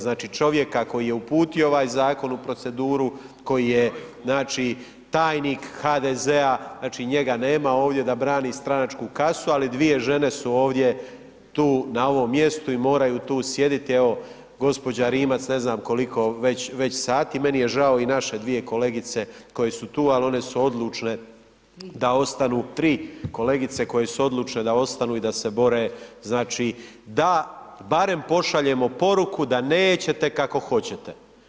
Znači čovjeka koji je uputio ovaj zakon u proceduru, koji je znači tajnik HDZ-a, znači njega nema ovdje da brani stranačku kasu ali dvije žene su ovdje tu na ovom mjestu i moraju tu sjediti, evo gospođa Rimac, ne znam koliko već sati, meni je žao i naše dvije kolegice koje su tu, ali one su odlučne da ostanu, tri kolegice koje su odlučne da ostanu i da se bore znači da barem pošaljemo poruku da nećete kako hoćete.